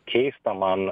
keista man